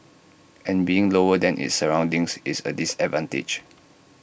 and being lower than its surroundings is A disadvantage